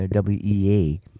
WEA